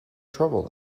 trouble